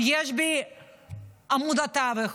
יש לי עמוד תווך,